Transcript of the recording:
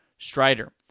Strider